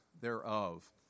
thereof